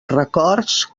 records